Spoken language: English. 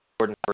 Jordan